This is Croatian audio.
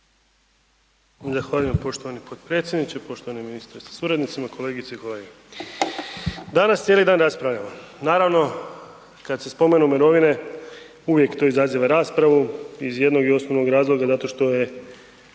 Zahvaljujem poštovani potpredsjedniče, poštovani ministre sa suradnicima, kolegice i kolege. Danas cijeli dan raspravljamo. Naravno, kad se spomenu mirovine, uvijek to izaziva raspravu iz jednog i osnovnog razloga zato što je